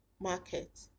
market